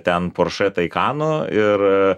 ten porsche taycanų ir